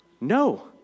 No